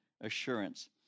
assurance